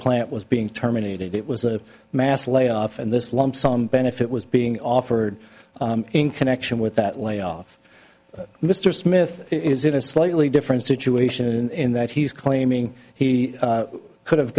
plant was being terminated it was a mass layoff and this lumps on benefit was being offered in connection with that layoff mr smith is in a slightly different situation in that he's claiming he could have